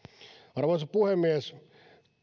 arvoisa puhemies